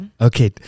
Okay